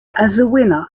carlos